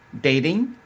dating